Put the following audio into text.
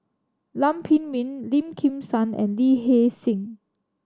Lam Pin Min Lim Kim San and Lee Hee Seng